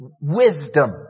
wisdom